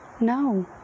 No